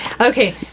Okay